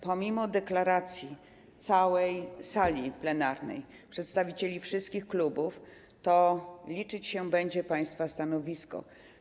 Pomimo deklaracji całej sali plenarnej, przedstawicieli wszystkich klubów liczyć się będzie państwa stanowisko.